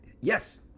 Yes